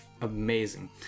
amazing